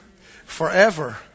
forever